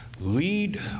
Lead